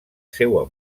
seua